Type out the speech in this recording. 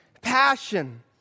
passion